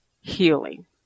healing